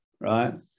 Right